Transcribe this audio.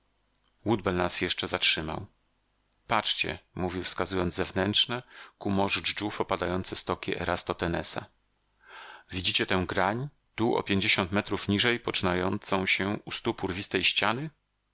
nas jeszcze zatrzymał patrzcie mówił wskazując zewnętrzne ku morzu dżdżów opadające stoki eratosthenesa widzicie tę grań tu o pięćdziesiąt metrów niżej poczynającą się u stóp urwistej ściany